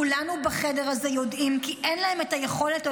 כולנו בחדר הזה יודעים כי אין להם את היכולת או